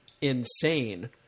insane